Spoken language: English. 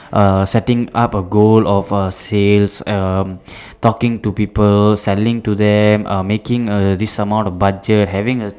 err setting up a goal of a sales um talking to people selling to them um making a this amount of budget having a